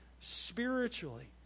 spiritually